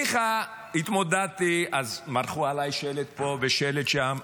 ניחא, התמודדתי, אז מרחו עליי שלט פה ושלט שם,